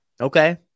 Okay